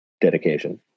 dedication